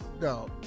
No